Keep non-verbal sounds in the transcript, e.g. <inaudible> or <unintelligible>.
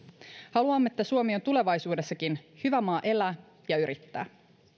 haluamme että suomi on tulevaisuudessakin hyvä maa elää <unintelligible> ja yrittää